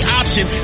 option